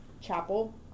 chapel